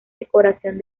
decoración